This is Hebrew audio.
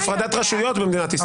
יש הפרדת רשויות במדינת ישראל.